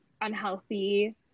unhealthy